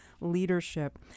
Leadership